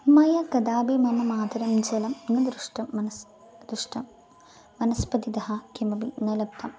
मया कदापि मम मातरं जलं न दृष्टं मनसः दृष्टं मनसः दृष्टं वनस्पतितः किमपि न लब्धं